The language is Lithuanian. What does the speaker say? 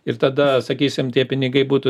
ir tada sakysim tie pinigai būtų